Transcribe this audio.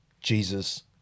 Jesus